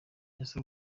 ese